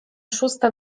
szósta